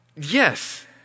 Yes